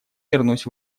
вернусь